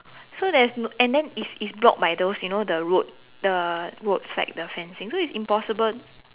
so there's no and then it's it's blocked by those you know by the road the road flag the fencing so it's impossible